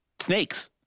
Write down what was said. snakes